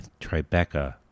Tribeca